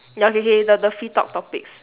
ya okay K K the the free talk topics